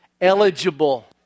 Eligible